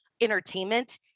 entertainment